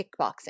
kickboxing